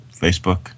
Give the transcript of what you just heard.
Facebook